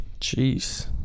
jeez